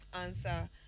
answer